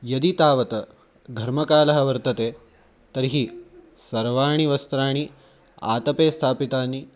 यदि तावत् घर्मकालः वर्तते तर्हि सर्वाणि वस्त्राणि आतपे स्थापितानि